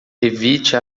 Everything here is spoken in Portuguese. evite